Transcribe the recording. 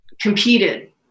competed